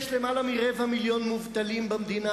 יש יותר מרבע מיליון מובטלים במדינה,